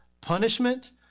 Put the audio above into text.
punishment